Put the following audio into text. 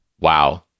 Wow